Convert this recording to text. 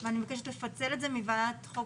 ואני מבקשת לפצל את זה מוועדת חוק,